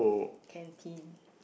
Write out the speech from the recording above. canteen